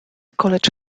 college